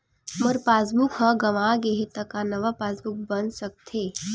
मोर passbook ह गंवा गे हे त का नवा पास बुक बन सकथे?